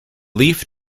leaf